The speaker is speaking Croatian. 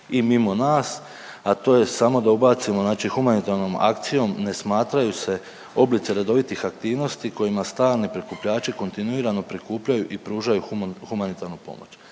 i mimo nas, a to je samo da ubacimo znači humanitarnom akcijom ne smatraju se oblici redovitih aktivnosti kojima stalni prikupljači kontinuirano prikupljaju i pružaju humanitarnu pomoć.